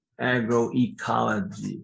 agroecology